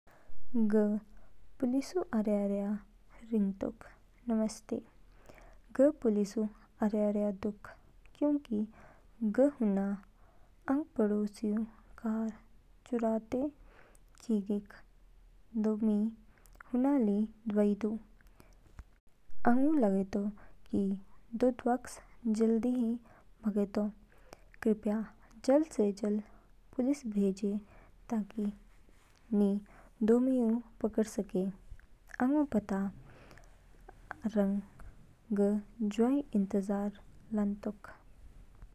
ग पुलिसऊ आरयया रिंगतोक। नमस्ते, ग पुलिस आरयो दूक क्योंकि ग हुना आंग पडोसीऊ कारऊ चुराते खिगेक। दो मी हूना ली दवा दू ऐ आंगू लागेतो कि दो दवाकस जल्दी भागेतो। कृपया जल्द से जल्द पुलिस भेजें ताकि नि दो मीऊ पकड़ सकें। आंगू पता ऐ ग जवा इंतजार लानतोक।